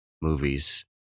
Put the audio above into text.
movies